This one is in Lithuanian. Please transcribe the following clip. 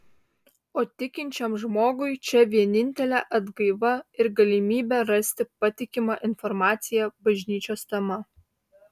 o tikinčiam žmogui čia vienintelė atgaiva ir galimybė rasti patikimą informaciją bažnyčios tema